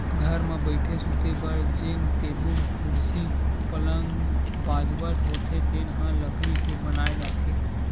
घर म बइठे, सूते बर जेन टेबुल, कुरसी, पलंग, बाजवट होथे तेन ह लकड़ी के बनाए जाथे